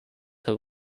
have